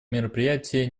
мероприятия